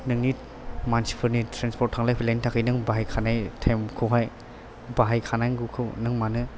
नोंनि मानसिफोरनि ट्रेनसपर्थ थांलाय फैलायनि थाखाय नों बाहाय खानाय टाइम खौहाय बाहाय खानांगौखौ नों मानो